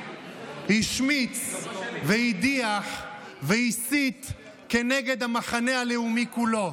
והשמיץ והדיח והסית נגד המחנה הלאומי כולו.